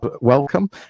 welcome